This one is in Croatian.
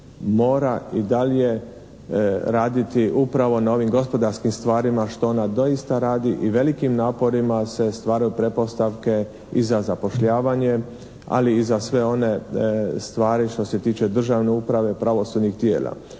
mora i dalje raditi upravo na ovim gospodarskim stvarima što ona doista radi i velikim naporima se stvaraju pretpostavke i za zapošljavanje, ali i za sve one stvari što se tiče državne uprave pravosudnih tijela.